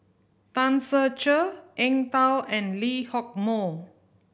Tan Ser Cher Eng Tow and Lee Hock Moh